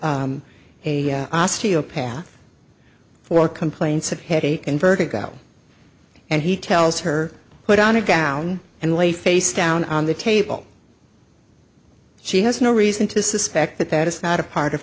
a osteopath for complaints of headache and vertigo and he tells her put on a gown and lay face down on the table she has no reason to suspect that that is not a part of